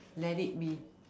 let it be